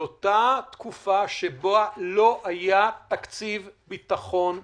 לאותה תקופה שבה לא היה תקציב ביטחון מעודכן.